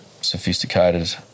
sophisticated